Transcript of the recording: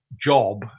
job